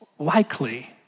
likely